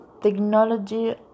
Technology